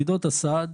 פקידות הסעד